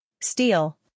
Steel